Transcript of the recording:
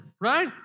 right